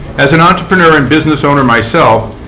as an entrepreneur and business owner myself,